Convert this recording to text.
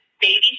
baby